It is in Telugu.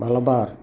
మలబార్